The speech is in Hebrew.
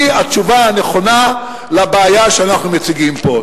היא התשובה הנכונה לבעיה שאנחנו מציגים פה.